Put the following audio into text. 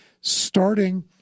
starting